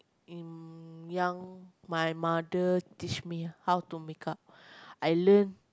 in young my mother teach me how to makeup I learn